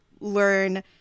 learn